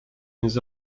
nous